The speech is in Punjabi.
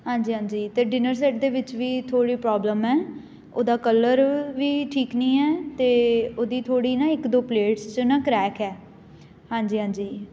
ਹਾਂਜੀ ਹਾਂਜੀ ਅਤੇ ਡਿਨਰ ਸੈੱਟ ਦੇ ਵਿੱਚ ਵੀ ਥੋੜ੍ਹੀ ਪ੍ਰੋਬਲਮ ਹੈ ਉਹਦਾ ਕਲਰ ਵੀ ਠੀਕ ਨਹੀਂ ਹੈ ਅਤੇ ਉਹਦੀ ਥੋੜ੍ਹੀ ਨਾ ਇੱਕ ਦੋ ਪਲੇਟਸ 'ਚ ਨਾ ਕਰੈਕ ਹੈ ਹਾਂਜੀ ਹਾਂਜੀ